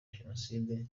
jenoside